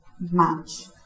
match